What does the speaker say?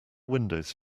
windows